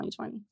2020